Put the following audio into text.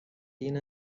این